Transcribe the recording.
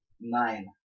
Nine